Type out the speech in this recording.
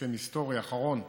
הסכם היסטורי אחרון,